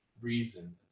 reason